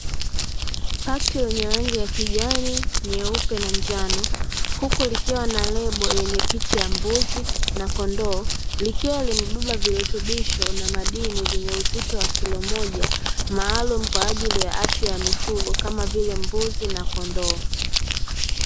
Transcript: Pakiti lenye rangi ya kijani, nyeupe na njano, huku likiwa na lebo yenye picha ya mbuzi na kondoo. Likiwa limebeba virutubisho na madini vyenye uzito wa kilo moja, maalumu kwa ajili ya afya ya mifugo kama vile; mbuzi na kondoo.